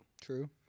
True